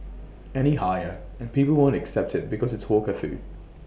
any higher and people won't accept IT because it's hawker food